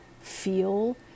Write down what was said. feel